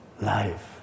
life